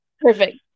Perfect